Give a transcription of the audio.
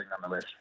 nonetheless